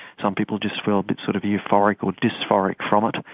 some people just feel a bit sort of euphoric or dysphoric from it,